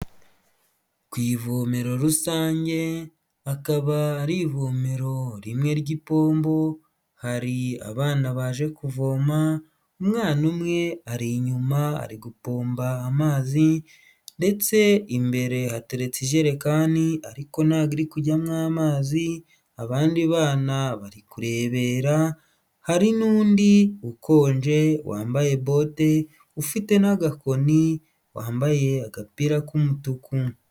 Ku ivomero rusange, akaba ari ivomero rimwe ry'ipombo, hari abana baje kuvoma, umwana umwe ari inyuma ari gupomba amazi ndetse imbere hateretse ijerekani ariko ntabwo iri kujyamo amazi, abandi bana bari kurebera, hari n'undi ukonje, wambaye bote, ufite n'agakoni, wambaye agapira k'umutuku.